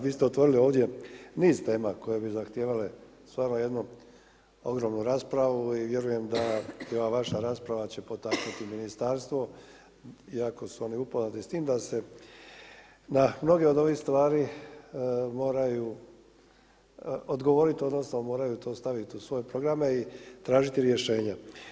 Vi ste otvorili ovdje niz tema koje bi zahtijevale stvarno jednu ogromnu raspravu i vjerujem da i ova vaša rasprava će potaknuti ministarstvo iako su oni upoznati s time da se na mnoge od ovih stvari moraju odgovoriti, odnosno moraju to staviti u svoje programe i tražiti rješenja.